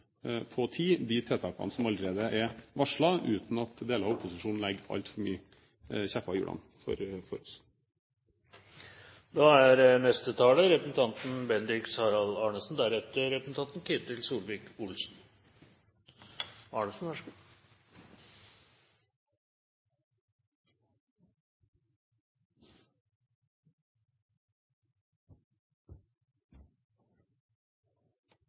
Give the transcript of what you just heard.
på tid de tiltakene som allerede er varslet, uten at deler av opposisjonen legger altfor mange kjepper i hjulene for oss. Norge er